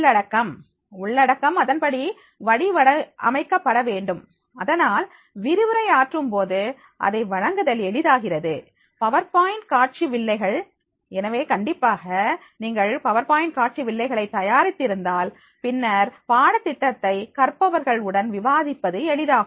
உள்ளடக்கம் உள்ளடக்கம் அதன்படி வடிவமைக்கப்பட வேண்டும் அதனால் விரிவுரை ஆற்றும் போது அதை வழங்குதல் எளிதாகிறது பவர்பாயின்ட் காட்சி வில்லைகள் எனவே கண்டிப்பாக நீங்கள் பவர்பாயின்ட் காட்சி வில்லைகளை தயாரித்திருந்தால் பின்னர் பாட திட்டத்தை கற்பவர்கள் உடன் விவாதிப்பது எளிதாகும்